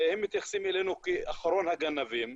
הם מתייחסים אלינו כאחרון הגנבים.